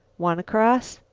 wanna cross.